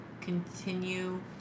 Continue